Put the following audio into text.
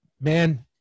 Man